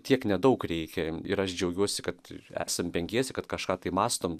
tiek nedaug reikia ir aš džiaugiuosi kad esam penkiese kad kažką tai mąstom